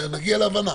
נגיע להבנה.